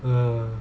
uh